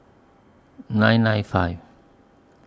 nine nine five